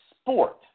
sport